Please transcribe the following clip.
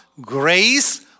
grace